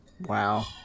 Wow